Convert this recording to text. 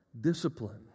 discipline